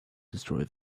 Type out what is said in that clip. destroy